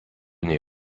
nei